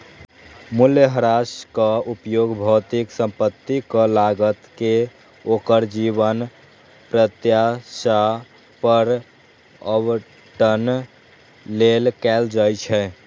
मूल्यह्रासक उपयोग भौतिक संपत्तिक लागत कें ओकर जीवन प्रत्याशा पर आवंटन लेल कैल जाइ छै